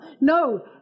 No